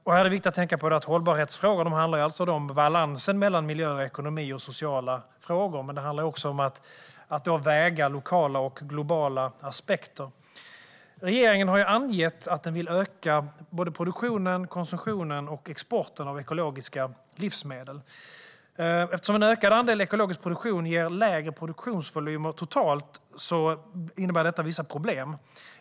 Det är viktigt att tänka på att hållbarhetsfrågor handlar om balansen mellan miljö, ekonomi och sociala frågor, men de handlar också om att väga lokala och globala aspekter. Regeringen har angett att den vill öka såväl produktionen som konsumtionen och exporten av ekologiska livsmedel. Eftersom en ökad andel ekologisk produktion ger lägre produktionsvolym totalt innebär detta vissa problem.